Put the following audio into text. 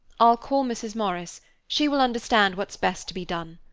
i'll call mrs. morris she will understand what's best to be done.